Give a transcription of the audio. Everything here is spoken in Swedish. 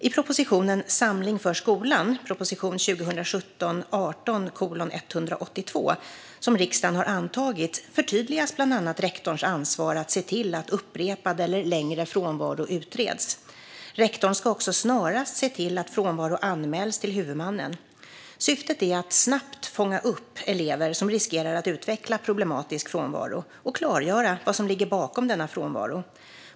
I propositionen Samling för skolan , som riksdagen har antagit, förtydligas bland annat rektorns ansvar att se till att upprepad eller längre frånvaro utreds. Rektorn ska också snarast se till att frånvaron anmäls till huvudmannen. Syftet är att snabbt fånga upp elever som riskerar att utveckla problematisk frånvaro och klargöra vad som ligger bakom denna frånvaro.